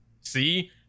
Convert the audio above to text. See